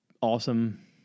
awesome